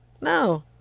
No